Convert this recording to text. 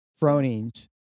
Froning's